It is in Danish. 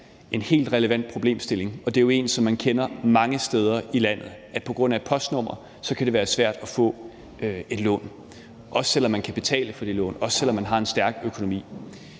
en helt relevant problemstilling, og det er jo noget, som man kender mange steder i landet, altså at det på grund af et postnummer kan være svært at få et lån, også selv om man kan betale for det lån, og selv om man har en stærk økonomi.